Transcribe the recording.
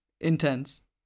Intense